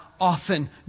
often